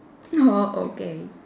no okay